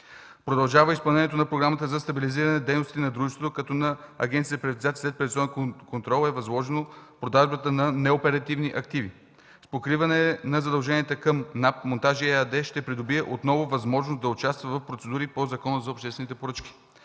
Продължава изпълнението на програмата за стабилизиране дейностите на дружеството, като на Агенцията за приватизация и приватизационен контрол е възложена продажбата на неоперативни активи. С покриване на задълженията към НАП, „Монтажи” ЕАД ще придобие отново възможност да участва в процедури по Закона за обществените поръчки.